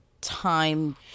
time